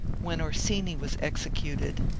when orsini was executed,